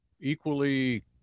equally